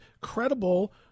credible